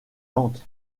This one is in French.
lente